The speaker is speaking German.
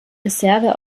reserve